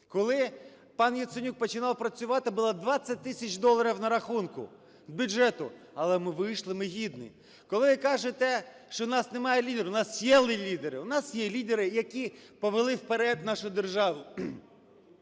Коли пан Яценюк починав працювати, було 20 тисяч доларів на рахунку бюджету. Але ми вийшли, ми – гідні. Коли ви кажете, що в нас немає лідерів - у нас є лідери. У нас є лідери, які повели вперед нашу державу.